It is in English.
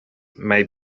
may